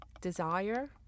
desire